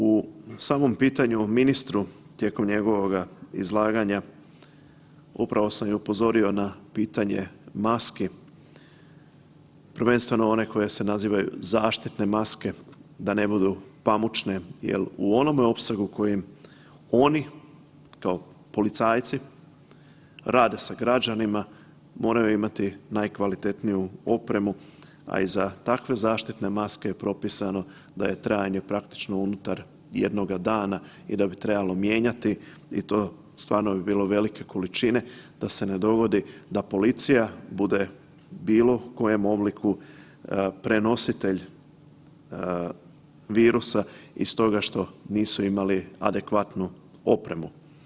U samom pitanju ministru tijekom njegovoga izlaganja upravo sam i upozorio i na pitanje maski, prvenstveno one koje se nazivaju zaštitne maske da ne budu pamučne jer u onome opsegu u kojem oni kao policajci rade sa građanima moraju imati najkvalitetniju opremu, a i za takve zaštitne maske je propisano da je trajanje praktično unutar jednoga dana i da bi trebalo mijenjati i to stvarno bi bilo velike količine da se ne dogodi da policija bude u bilo kojem obliku prenositelj virusa i stoga što nisu imali adekvatnu opremu.